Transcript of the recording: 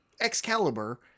Excalibur